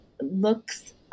looks